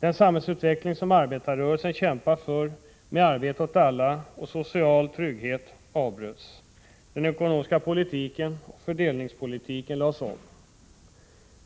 Den samhällsutveckling som arbetarrörelsen kämpat för — med arbete åt alla och social trygghet — avbröts. Den ekonomiska politiken och fördelningspolitiken lades om.